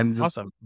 Awesome